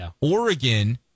Oregon